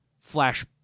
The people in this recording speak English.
flash